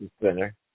Center